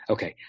Okay